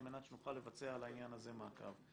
על מנת שנוכל לבצע על העניין הזה מעקב.